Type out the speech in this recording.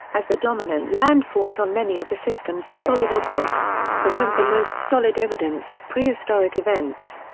as the dominant landforms on many of the system's solid objects, present the most solid evidence of prehistoric events.